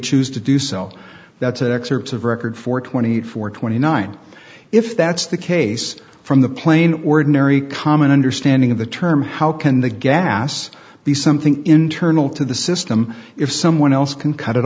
choose to do so that's an excerpt of record for twenty four twenty nine if that's the case from the plain ordinary common understanding of the term how can the gas be something internal to the system if someone else can cut it